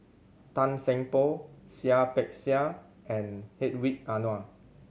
Tan Seng Poh Seah Peck Seah and Hedwig Anuar